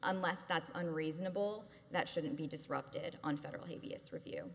unless that's unreasonable that shouldn't be disrupted on federal habeas review